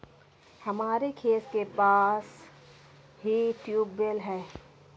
हमारे खेत के पास ही ट्यूबवेल है